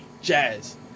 jazz